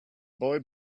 boy